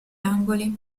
angoli